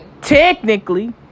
Technically